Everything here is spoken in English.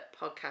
podcast